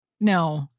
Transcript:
no